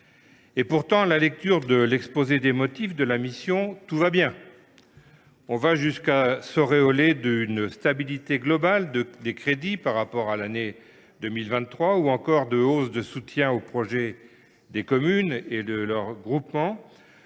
Et pourtant, à la lecture de l’exposé des motifs de la mission, tout irait bien ! On va jusqu’à s’auréoler de la stabilité globale des crédits par rapport à l’année 2023, ou encore de la hausse des soutiens aux projets des communes et des groupements